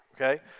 okay